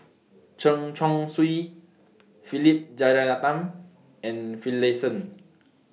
Chen Chong Swee Philip Jeyaretnam and Finlayson